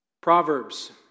Proverbs